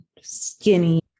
skinny